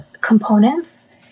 components